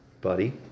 buddy